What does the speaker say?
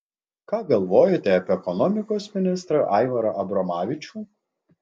ką galvojate apie ekonomikos ministrą aivarą abromavičių